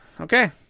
okay